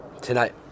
tonight